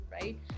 right